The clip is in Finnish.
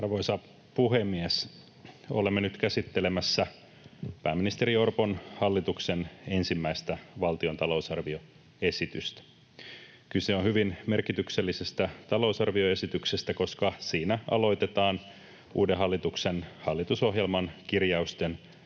Arvoisa puhemies! Olemme nyt käsittelemässä pääministeri Orpon hallituksen ensimmäistä valtion talousarvioesitystä. Kyse on hyvin merkityksellisestä talousarvioesityksestä, koska siinä aloitetaan uuden hallituksen hallitusohjelman kirjausten